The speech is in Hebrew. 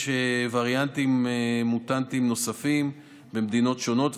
וריאנטים מוטנטיים נוספים במדינות שונות,